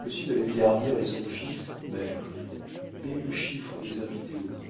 de la billardière et son fils maire mets le chiffre des invités au bout